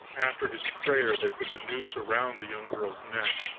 after his prayer they put the noose around the young girl's neck,